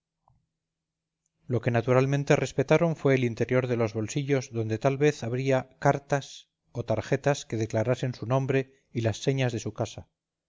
lo que naturalmente respetaron fue el interior de sus bolsillos donde tal vez habría cartas o tarjetas que declarasen su nombre y las señas de su casa